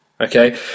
Okay